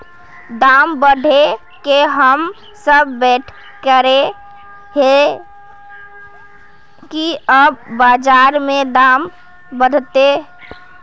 दाम बढ़े के हम सब वैट करे हिये की कब बाजार में दाम बढ़ते?